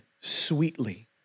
sweetly